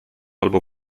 albo